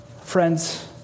Friends